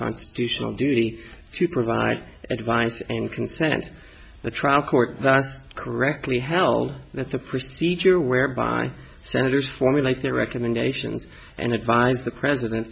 constitutional duty to provide advice and consent the trial court thus correctly held that the procedure whereby senators formulate their recommendations and advise the president